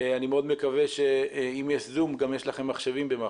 אני מאוד מקווה שאם יש זום אז גם יש לכם מחשבים במח"ש.